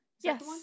yes